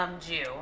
Jew